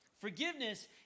Forgiveness